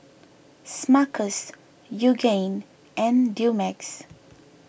Smuckers Yoogane and Dumex